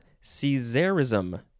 Caesarism